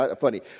funny